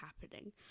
happening